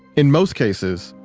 in most cases,